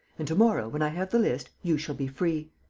and, to-morrow, when i have the list, you shall be free.